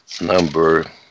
number